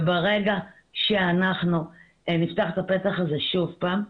וברגע שאנחנו נפתח את הפתח הזה שוב פעם,